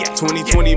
2020